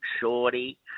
shorty